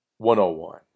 101